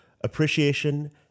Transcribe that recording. appreciation